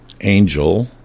Angel